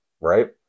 right